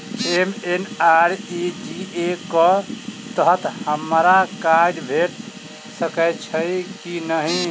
MNREGA कऽ तहत हमरा काज भेट सकय छई की नहि?